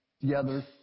Together